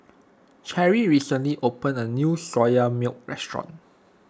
Cherri recently opened a new Soya Milk restaurant